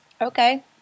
Okay